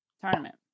tournament